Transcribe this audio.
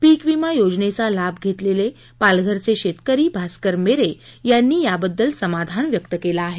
पीकविमा योजनेचा लाभ घेतलेले पालघरचे शेतकरी भास्कर मोरे यांनी समाधान व्यक्त केलं आहे